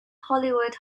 hollywood